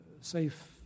safe